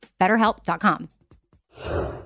BetterHelp.com